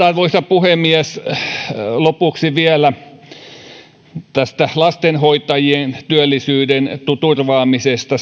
arvoisa puhemies lopuksi vielä tästä lastenhoitajien työllisyyden turvaamisesta